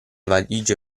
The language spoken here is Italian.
valige